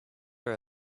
are